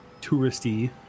touristy